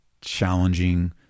challenging